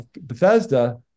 Bethesda